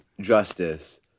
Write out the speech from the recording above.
Justice